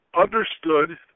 understood